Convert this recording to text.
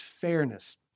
fairness